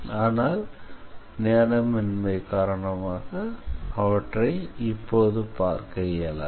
ஆனால் நேரமின்மை காரணமாக அவற்றை இப்போது பார்க்க இயலாது